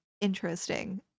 interesting